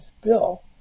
Bill